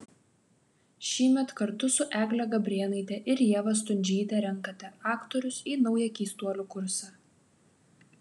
šįmet kartu su egle gabrėnaite ir ieva stundžyte renkate aktorius į naują keistuolių kursą